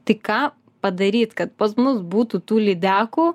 tai ką padaryt kad pas mus būtų tų lydekų